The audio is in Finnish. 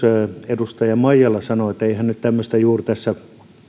edustaja maijala sanoo että eihän nyt tämmöistä juuri tässä